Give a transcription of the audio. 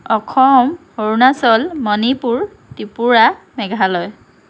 Assam Arunachal Manipur Tripura Meghalaya